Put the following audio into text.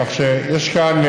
כך שיש כאן,